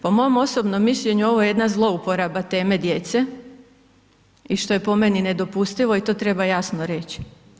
Po mom osobnom mišljenju, ovo je jedna zlouporaba teme djece i što je po meni nedopustivo i to treba jasno reći.